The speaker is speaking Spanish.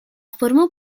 formó